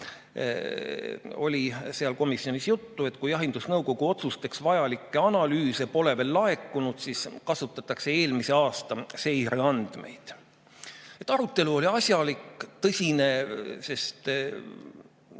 Komisjonis oli juttu, et kui jahindusnõukogu otsusteks vajalikke analüüse pole veel laekunud, siis kasutatakse eelmise aasta seireandmeid. Arutelu oli asjalik ja tõsine, sest